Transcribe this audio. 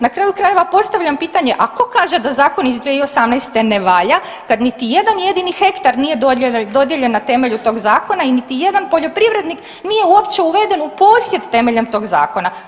Na kraju krajeva postavljam pitanje, a tko kaže da zakon iz 2018. ne valja kad niti jedan jedini hektar nije dodijeljen na temelju tog zakona i niti jedan poljoprivrednik nije uopće uveden u posjed temeljem tog zakona?